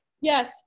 Yes